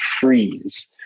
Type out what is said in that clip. freeze